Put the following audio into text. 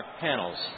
panels